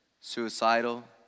suicidal